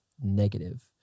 negative